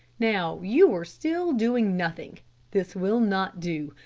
now, you are still doing nothing. this will not do.